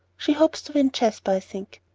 she hopes to win jasper, i think.